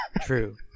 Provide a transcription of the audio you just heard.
True